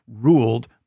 ruled